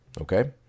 Okay